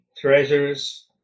treasures